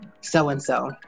so-and-so